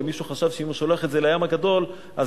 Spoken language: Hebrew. ומישהו חשב שאם הוא שולח את זה אל הים הגדול אז